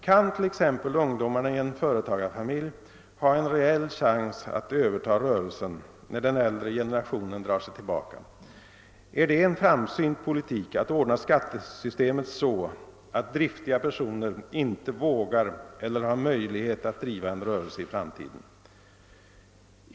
Kan t.ex. ungdomarna i en företagarfamilj ha en reell chans att överta rörelsen när den äldre generationen drar sig tillbaka? Är det en framsynt politik att ordna skattesystemet så, att driftiga personer inte vågar eller har möjlighet att driva en rörelse i framtiden?